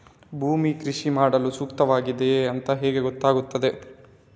ಭೂಮಿ ಕೃಷಿ ಮಾಡಲು ಸೂಕ್ತವಾಗಿದೆಯಾ ಅಂತ ಹೇಗೆ ಗೊತ್ತಾಗುತ್ತದೆ?